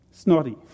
Snotty